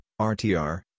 RTR